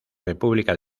república